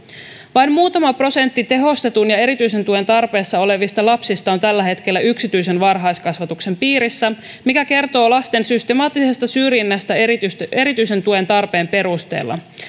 vain muutama prosentti tehostetun ja erityisen tuen tarpeessa olevista lapsista on tällä hetkellä yksityisen varhaiskasvatuksen piirissä mikä kertoo lasten systemaattisesta syrjinnästä erityisen tuen tarpeen perusteella